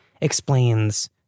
explains